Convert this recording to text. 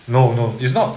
no no is not